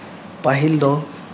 ᱯᱟᱹᱦᱤᱞ ᱫᱚ